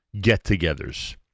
get-togethers